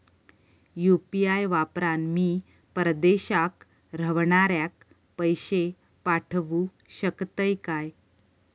UPI वापरान मी परदेशाक रव्हनाऱ्याक पैशे पाठवु शकतय काय?